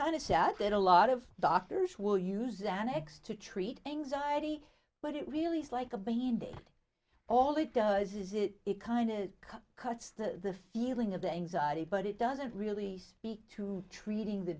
kind of sad that a lot of doctors will use an axe to treat anxiety but it really is like a band aid all it does is it it kind of cuts the feeling of the anxiety but it doesn't really speak to treating the